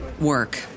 work